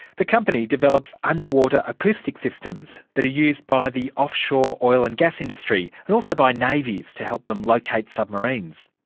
the company develops underwater acoustic systems that are used by the offshore oil and gas industry and also by navies to help them locate submarines.